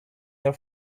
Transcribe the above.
your